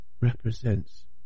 represents